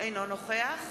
אינו נוכח